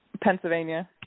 Pennsylvania